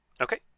Okay